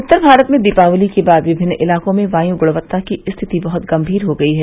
उत्तर भारत में दीपावली के बाद विभिन्न इलाकों में वायु गुणवत्ता की रिथिति बहुत गंभीर हो गई है